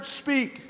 speak